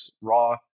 raw